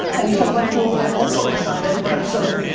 and so let's do a little homework assignment for episode,